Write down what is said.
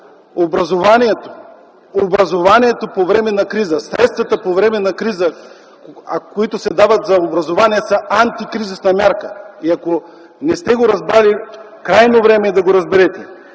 образованието по време на криза, средствата по време на криза, които се дават за образование са антикризисна мярка. Ако не сте го разбрали, крайно време е да го разберете.